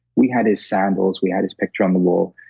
we had his sandals, we had his picture on the wall.